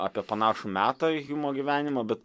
apie panašų metą hjumo gyvenimo bet